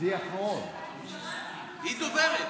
היא דוברת.